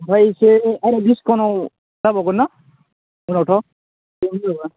ओमफ्राय इसे आंनो डिसकाउन्ट आव जाबावगोन न उनावथ'